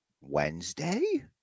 Wednesday